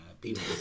people